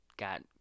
got